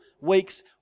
weeks